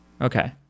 okay